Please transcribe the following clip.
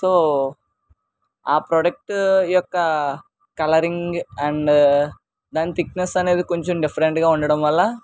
so ఆ product యొక్క colouring and దాని థిక్నెస్ అనేది కొంచెం డిఫరెంట్గా ఉండడం వల్ల